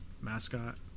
mascot